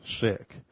sick